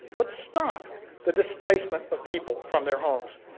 but stop the displacement of people from their homes.